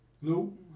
No